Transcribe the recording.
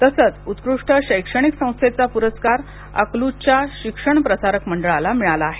तसंच उत्कृष्ट शैक्षणिक संस्थेचा पुरस्कार अकलूजच्या शिक्षण प्रसारक मंडळाला मिळाला आहे